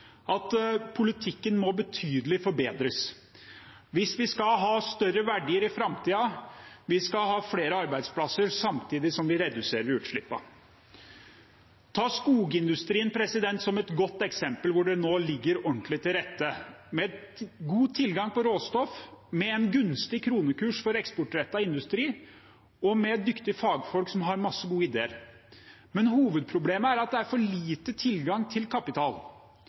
at politikken må betydelig forbedres hvis vi skal ha større verdier i framtiden og flere arbeidsplasser, samtidig som vi reduserer utslippene. Ta skogindustrien som et godt eksempel, hvor det nå ligger ordentlig til rette med god tilgang på råstoff, med en gunstig kronekurs for eksportrettet industri og med dyktige fagfolk, som har masse gode ideer. Men hovedproblemet er at det er for liten tilgang til kapital.